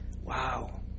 Wow